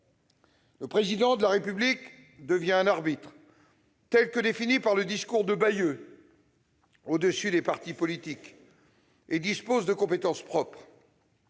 Le Président de la République est devenu un arbitre, tel que défini par le discours de Bayeux, au-dessus des partis politiques, et il dispose de compétences propres.